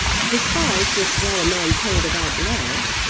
despised this rodomontade about love,